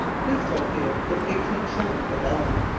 bristol beer was eighteen shillings a dozen,